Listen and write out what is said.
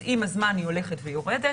אז עם הזמן היא הולכת ויורדת.